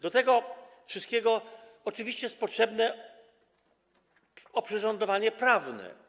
Do tego wszystkiego oczywiście jest potrzebne oprzyrządowanie prawne.